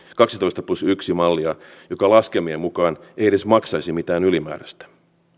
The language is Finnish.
kaksitoista plus yksi mallia joka laskelmien mukaan ei edes maksaisi mitään ylimääräistä